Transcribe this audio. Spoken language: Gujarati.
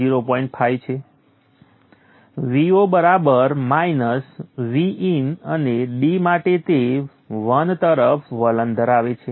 5 છે Vo બરાબર માઈનસ Vin અને d માટે તે 1 તરફ વલણ ધરાવે છે